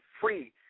free